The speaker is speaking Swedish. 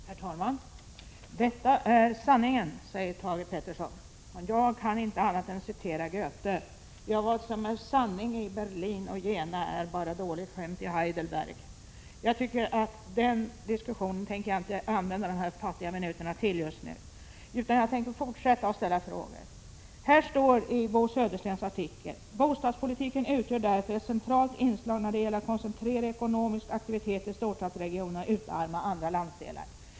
Herr talman! Detta är sanningen säger Thage Peterson. Jag kan inte annat än citera Fröding: Vad som är sant i Berlin och Jena, är bara dåligt skämt i 51 Heidelberg. Den diskussionen tänker jag inte använda dessa fattiga minuter till. Jag tänker i stället fortsätta att ställa frågor. I Bo Söderstens artikel står: Bostadspolitiken utgör därför ett centralt inslag när det gäller att koncentrera ekonomiska aktiviteter till storstadsregionerna och utarma andra landsdelar.